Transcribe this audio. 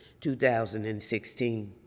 2016